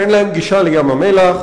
שאין להם גישה לים-המלח.